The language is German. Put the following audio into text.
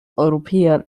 europäer